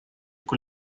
con